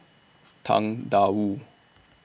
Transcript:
Tang DA Wu